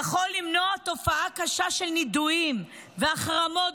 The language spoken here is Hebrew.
ממונה יכול למנוע תופעה קשה של נידויים והחרמות